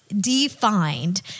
defined